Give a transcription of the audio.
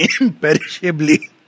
imperishably